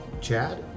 Chad